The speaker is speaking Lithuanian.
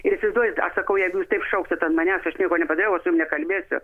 ir įsivaizduojat aš sakau jeigu jūs taip šauksit ant manęs aš nieko nepadariau aš su jum nekalbėsiu